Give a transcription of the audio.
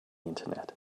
internet